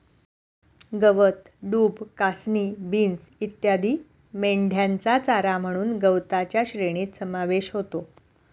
गवत, डूब, कासनी, बीन्स इत्यादी मेंढ्यांचा चारा म्हणून गवताच्या श्रेणीत समावेश होतो